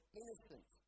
innocent